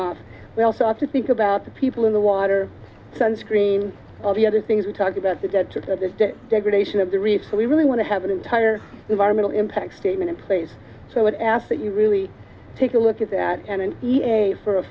off we also ought to think about the people in the water sunscreen all the other things we talk about the degradation of the reef so we really want to have an entire environmental impact statement in place so it asked that you really take a look at that and e a for a